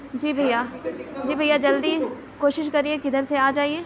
جی بھیا جی بھیا جلدی کوشش کریے کدھر سے آ جائیے